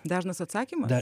dažnas atsakymas